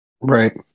right